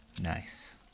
Nice